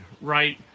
right